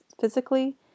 physically